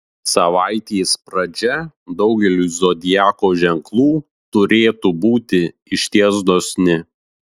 savaitės pradžia daugeliui zodiako ženklų turėtų būti išties dosni